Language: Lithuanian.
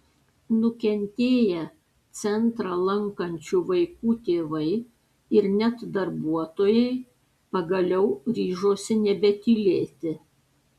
nukentėję centrą lankančių vaikų tėvai ir net darbuotojai pagaliau ryžosi nebetylėti